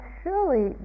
surely